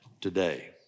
today